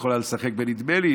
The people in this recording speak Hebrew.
היא יכולה לשחק ב"נדמה לי",